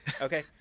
Okay